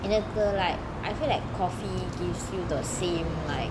என்னக்கு:ennaku like I feel like coffee gives you the same like